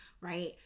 right